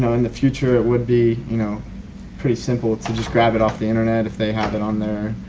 in the future it would be you know pretty simple to just grab it off the internet if they have it on there.